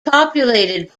populated